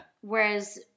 whereas